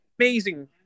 Amazing